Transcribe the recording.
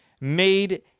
made